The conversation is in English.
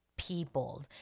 people